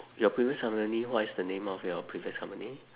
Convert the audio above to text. your previous company what is the name of your previous company